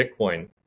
Bitcoin